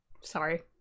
Sorry